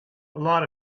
lot